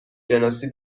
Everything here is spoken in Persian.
شناسی